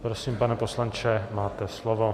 Prosím, pane poslanče, máte slovo.